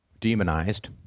demonized